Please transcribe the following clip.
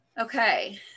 Okay